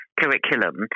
curriculum